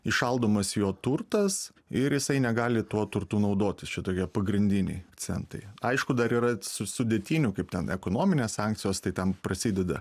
įšaldomas jo turtas ir jisai negali tuo turtu naudotis čia tokie pagrindiniai akcentai aišku dar yra su sudėtinių kaip ten ekonominės sankcijos tai ten prasideda